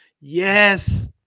Yes